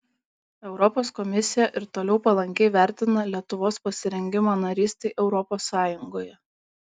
europos komisija ir toliau palankiai vertina lietuvos pasirengimą narystei europos sąjungoje